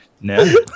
No